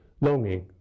longing